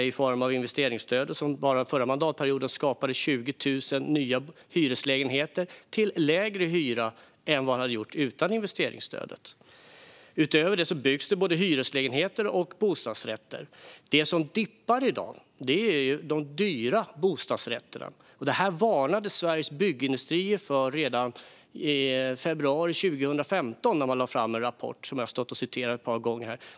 Det har handlat om investeringsstöd, som bara under förra mandatperioden skapade 20 000 nya hyreslägenheter med en hyra som är lägre än den skulle ha varit utan investeringsstödet. Utöver detta byggs både hyreslägenheter och bostadsrätter. Det som dippar i dag är de dyra bostadsrätterna. Detta varnade Sveriges byggindustrier för redan i februari 2015, när man lade fram en rapport som jag har citerat ett par gånger här.